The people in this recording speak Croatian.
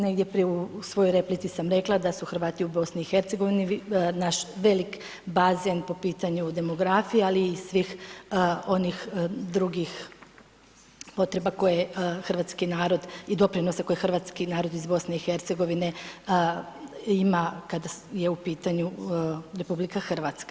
Negdje prije u svojoj replici sam rekla da su Hrvati u BiH naš veliki bazen po pitanju demografije ali i svih onih drugih potreba koje hrvatski narod i doprinose koje hrvatski narod iz BiH ima kada je u pitanju RH.